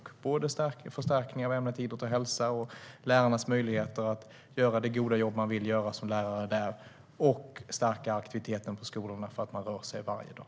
Det handlar både om förstärkning av ämnet idrott och hälsa och av lärarnas möjligheter att göra det goda arbete man vill göra som lärare och om att stärka aktiviteten på skolorna så att eleverna rör sig varje dag.